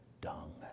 dung